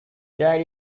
died